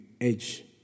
edge